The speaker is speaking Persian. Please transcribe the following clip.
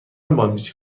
باندپیچی